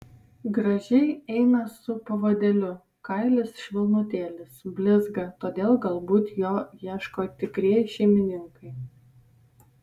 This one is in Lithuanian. gražiai eina su pavadėliu kailis švelnutėlis blizga todėl galbūt jo ieško tikrieji šeimininkai